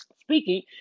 speaking